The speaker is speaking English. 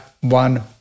one